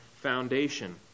foundation